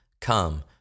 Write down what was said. Come